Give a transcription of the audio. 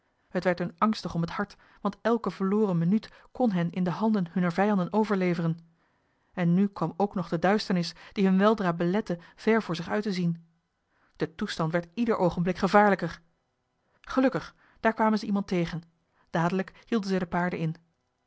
t werd hun angstig om het hart want elke verloren minuut kon hen in de handen hunner vijanden overleveren en nu kwam ook nog de duisternis die hun weldra belette ver voor zich uit te zien de toestand werd ieder oogenblik gevaarlijker gelukkig daar kwamen zij iemand tegen dadelijk hielden zij de paarden in